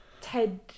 Ted